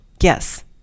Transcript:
Yes